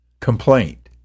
Complaint